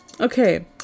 okay